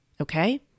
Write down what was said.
Okay